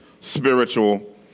spiritual